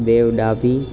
Dev Dabhi